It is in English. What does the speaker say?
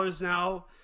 now